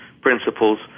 principles